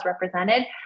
represented